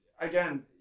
again